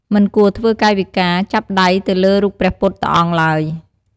មិនគួរធ្វើកាយវិការ ចាប់ដៃទៅលើរូបព្រះពុទ្ធអង្គឡើយ។